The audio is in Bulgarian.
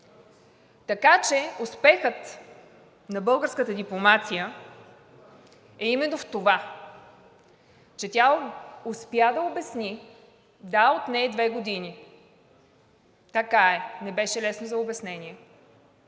Така че успехът на българската дипломация е именно в това, че тя успя да обясни, да, отне ѝ две години, така е, не беше лесно за обяснение,